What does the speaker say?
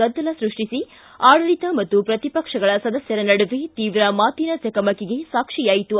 ಗದ್ದಲ ಸೃಷ್ಷಿಸಿ ಆಡಳಿತ ಹಾಗು ಪ್ರತಿಪಕ್ಷಗಳ ಸದಸ್ಥರ ನಡುವೆ ತೀವ್ರ ಮಾತಿನ ಚಕಮಕಿಗೆ ಸಾಕ್ಷಿಯಾಯಿತು